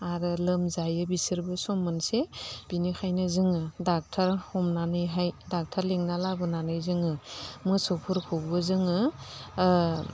आरो लोमजायो बिसोरबो सम मोनसे बिनिखायनो जोङो ड'क्टर हमनानैहाय ड'क्टर लिंना लाबोनानै जोङो मोसौफोरखौबो जोङो